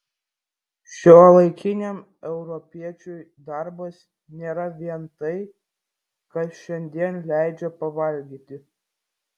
šiuolaikiniam europiečiui darbas nėra vien tai kas šiandien leidžia pavalgyti